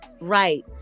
right